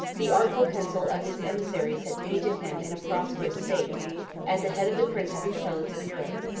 the artful pencil of his emissaries had painted him in a prosperous state at the head of the princes and prelates of europe,